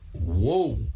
Whoa